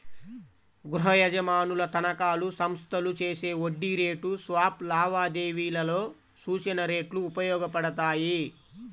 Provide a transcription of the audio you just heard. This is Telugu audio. గృహయజమానుల తనఖాలు, సంస్థలు చేసే వడ్డీ రేటు స్వాప్ లావాదేవీలలో సూచన రేట్లు ఉపయోగపడతాయి